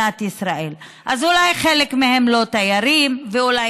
מדאיג בפשיעה החקלאית, שהפכה לטרור, וטרור